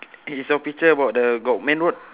i~ is your picture about the got main road